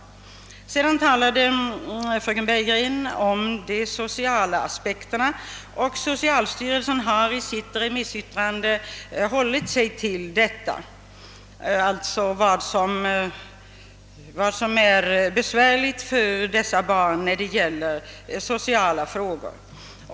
Fröken Bergegren talade också om de sociala aspekterna. Socialstyrelsen har i sitt remissyttrande hållit sig till synpunkter på vad som är besvärligt för dessa barn i sociala frågor.